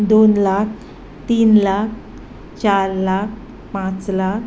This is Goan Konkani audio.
दोन लाख तीन लाख चार लाख पांच लाख